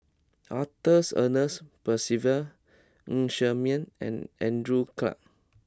Arthur Ernest Percival Ng Ser Miang and Andrew Clarke